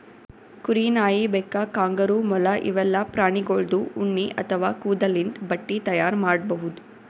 ಕುರಿ, ನಾಯಿ, ಬೆಕ್ಕ, ಕಾಂಗರೂ, ಮೊಲ ಇವೆಲ್ಲಾ ಪ್ರಾಣಿಗೋಳ್ದು ಉಣ್ಣಿ ಅಥವಾ ಕೂದಲಿಂದ್ ಬಟ್ಟಿ ತೈಯಾರ್ ಮಾಡ್ಬಹುದ್